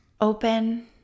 open